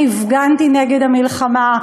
אני הפגנתי נגד המלחמה.